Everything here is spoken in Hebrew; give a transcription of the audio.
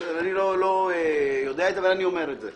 אני לא יודע את זה, אבל אני אומר את זה.